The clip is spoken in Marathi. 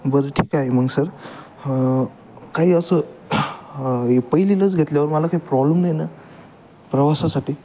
बरं ठीक आहे मग सर ह काही असं हे पहिली लस घेतल्यावर मला काही प्रॉब्लेम नाही ना प्रवासासाठी